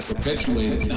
perpetuated